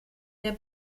der